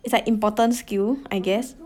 it's like important skill I guess